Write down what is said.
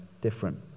different